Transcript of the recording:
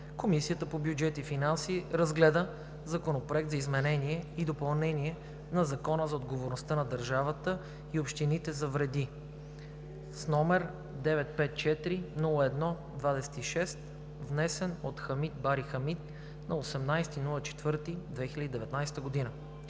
Комисията по бюджет и финанси разгледа Законопроект за изменение и допълнение на Закона за отговорността на държавата и общините за вреди (ЗОДОВ), № 954-01-26, внесен от Хамид Бари Хамид на 18 април 2019 г.